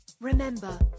Remember